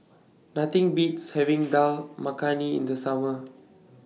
Nothing Beats having Dal Makhani in The Summer